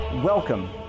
Welcome